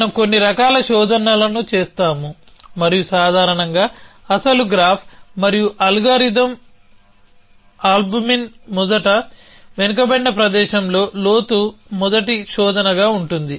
మనం కొన్ని రకాల శోధనలను చేస్తాము మరియు సాధారణంగా అసలు గ్రాఫ్ మరియు అల్గోరిథం అల్బుమిన్ మొదటి వెనుకబడిన ప్రదేశంలో లోతు మొదటి శోధనగా ఉంటుంది